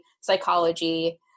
psychology